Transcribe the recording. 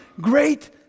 great